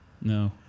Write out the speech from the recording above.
No